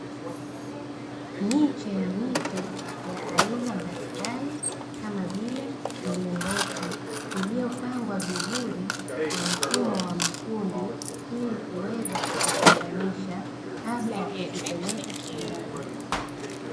Miche ya miti ya aina mbalimbali kama vile: milingoti iliyopangwa vizuri kwa mfumo wa makundi ili kuweza kuzitenganisha kabla ya kuzipeleka shambani.